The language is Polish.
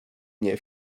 nie